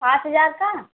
पाच हज़ार का